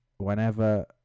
whenever